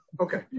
Okay